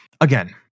again